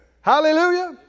Hallelujah